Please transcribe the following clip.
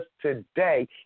today